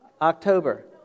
October